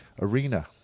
arena